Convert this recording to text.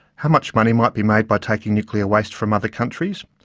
how much money might be made by taking nuclear waste from other countries?